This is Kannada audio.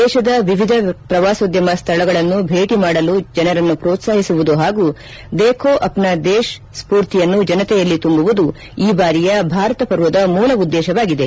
ದೇಶದ ವಿವಿಧ ಪ್ರವಾಸೋದ್ಯಮ ಸ್ಥಳಗಳನ್ನು ಭೇಟಿಮಾಡಲು ಜನರನ್ನು ಪ್ರೋತ್ಪಾಹಿಸುವುದು ಹಾಗೂ ದೇಖೋ ಅಪ್ನಾ ದೇಶ್ ಎನ್ನುವ ಸ್ಪೂರ್ತಿಯನ್ನು ಜನತೆಯಲ್ಲಿ ತುಂಬುವುದು ಈ ಬಾರಿಯ ಭಾರತ ಪರ್ವದ ಮೂಲ ಉದ್ದೇಶವಾಗಿದೆ